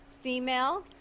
female